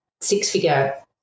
six-figure